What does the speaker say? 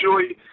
enjoy